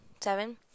seven